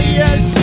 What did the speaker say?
yes